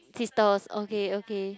sister okay okay